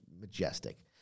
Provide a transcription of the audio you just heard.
majestic